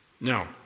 Now